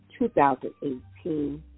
2018